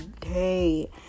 day